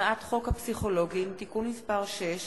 הצעת חוק הפסיכולוגים (תיקון מס' 6),